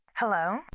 Hello